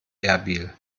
erbil